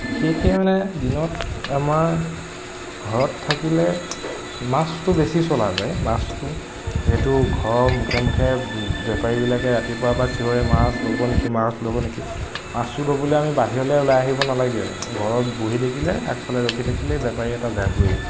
বিশেষকে মানে দিনত আমাৰ ঘৰত থাকিলে মাছটো বেছি চলা যায় মাছটো সেইটো ঘৰৰ মুখে মুখে বেপাৰীবিলাকে ৰাতিপুৱাৰ পৰা চিঞৰে মাছ ল'ব নেকি মাছ ল'ব নেকি মাছটো ল'বলে আমি বাহিৰলে ওলাই আহিব নালাগে ঘৰত বহি থাকিলে আগফালে ৰখি থাকিলে বেপাৰী এটা যাবই